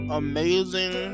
amazing